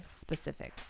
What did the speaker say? specifics